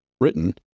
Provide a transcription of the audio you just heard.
written